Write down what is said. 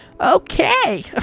Okay